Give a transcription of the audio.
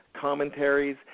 commentaries